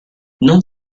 non